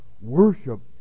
worship